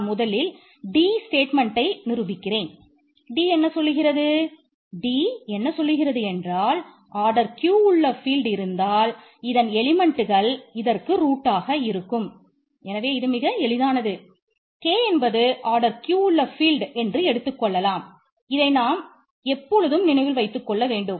நான் முதலில் d statement r குறைந்தபட்சம் 1 ஆக இருக்க வேண்டும்